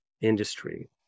industry